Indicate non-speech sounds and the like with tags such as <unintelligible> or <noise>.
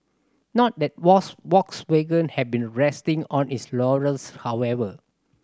not that <unintelligible> Volkswagen has been resting on its laurels however